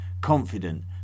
confident